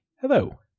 Hello